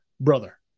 brother